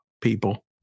people